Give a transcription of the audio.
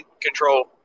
control